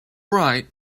right